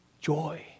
Joy